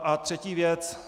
A třetí věc.